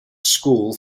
school